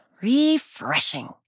refreshing